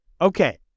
Okay